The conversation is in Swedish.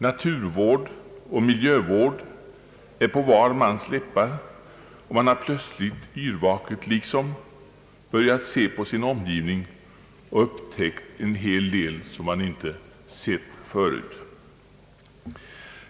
Naturvård och miljövård är på var mans läppar, och man har plötsligt, liksom yrvaket, börjat se på sin omgivning och upptäckt en hel del som man inte sett förut.